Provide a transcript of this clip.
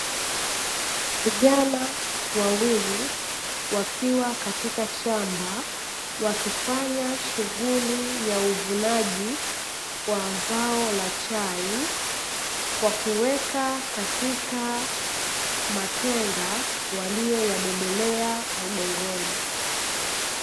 Vijana wawili wakiwa katika shamba, wakifanya shughuli ya uvunaji wa zao la chai kwa kuweka katika matenga waliyo yabebelea mgongoni.